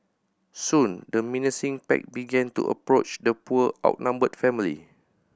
soon the menacing pack began to approach the poor outnumbered family